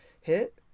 hit